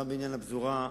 גם בעניין הפזורה,